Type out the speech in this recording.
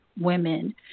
women